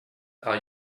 are